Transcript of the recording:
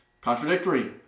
contradictory